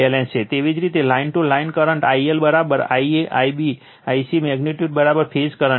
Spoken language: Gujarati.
એવી જ રીતે line to line current I L Ia Ib c magnitude phase current છે